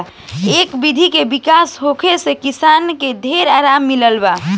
ए विधि के विकास होखे से किसान के ढेर आराम मिलल बा